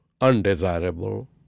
undesirable